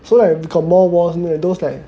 so like got more walls here those like